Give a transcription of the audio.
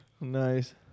Nice